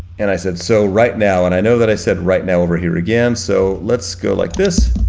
and i said, so right now, and i know that i said right now over here again, so let's go like this,